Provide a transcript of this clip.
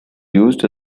used